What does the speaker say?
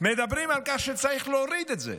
מדברים על כך שצריך להוריד את זה.